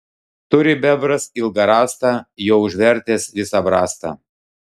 turi bebras ilgą rąstą juo užvertęs visą brastą